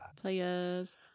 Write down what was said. Players